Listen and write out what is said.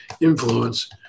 influence